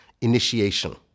initiation